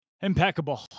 impeccable